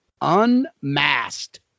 Unmasked